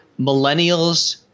millennials